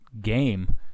game